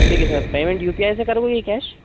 ठीक है sir payment U P I से करोगे या कैश